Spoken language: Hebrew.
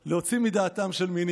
להוציא מדעתם של מינים.